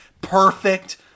Perfect